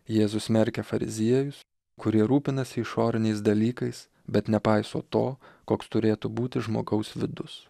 jėzus smerkia fariziejus kurie rūpinasi išoriniais dalykais bet nepaiso to koks turėtų būti žmogaus vidus